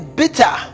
bitter